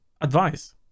advice